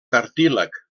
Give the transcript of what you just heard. cartílag